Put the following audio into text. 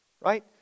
right